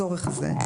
לצורך זה,